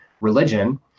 religion